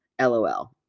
LOL